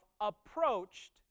approached